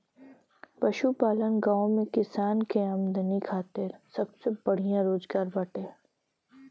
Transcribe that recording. पशुपालन गांव में किसान के आमदनी खातिर सबसे बढ़िया रोजगार बाटे